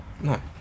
no